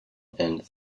and